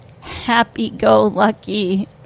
happy-go-lucky